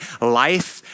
life